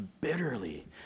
bitterly